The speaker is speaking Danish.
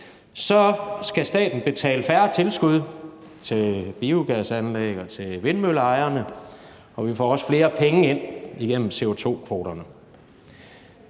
skal staten betale færre tilskud til biogasanlæg og til vindmølleejererne. Vi får også flere penge ind igennem CO2-kvoterne.